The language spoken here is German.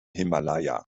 himalaya